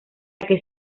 que